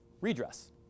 redress